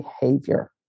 behavior